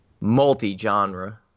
multi-genre